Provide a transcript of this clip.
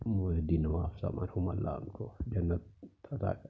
محی الدین نواب صاحب مرحوم اللہ ان کو جنت عطا کرے